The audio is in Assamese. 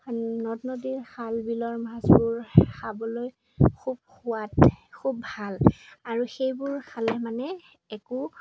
নদ নদীৰ খাল বিলৰ মাছবোৰ খাবলৈ খুব সোৱাদ খুব ভাল আৰু সেইবোৰ খালে মানে একো